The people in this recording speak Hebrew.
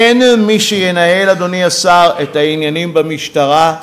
אין מי שינהל, אדוני השר, את העניינים במשטרה,